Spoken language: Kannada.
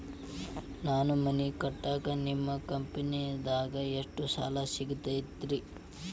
ನಾ ಮನಿ ಕಟ್ಟಾಕ ನಿಮ್ಮ ಕಂಪನಿದಾಗ ಎಷ್ಟ ಸಾಲ ಸಿಗತೈತ್ರಿ?